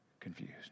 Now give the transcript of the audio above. confused